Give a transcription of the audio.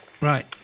Right